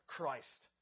Christ